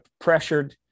pressured